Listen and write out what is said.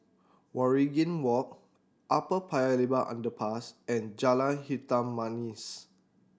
Waringin Walk Upper Paya Lebar Underpass and Jalan Hitam Manis